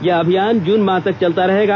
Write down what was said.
यह अभियान जून माह तक चलता रहेगा